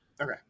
Okay